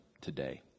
today